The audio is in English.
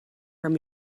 from